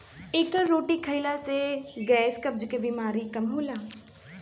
एकर रोटी खाईला से गैस, कब्ज के बेमारी कम होला